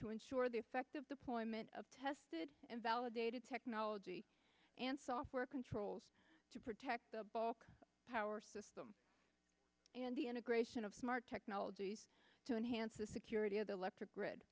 to ensure the effect of the point of tested and validated technology and software controls to protect the bulk power system and the integration of smart technologies to enhance the security of the electric grid